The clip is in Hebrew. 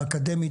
האקדמית,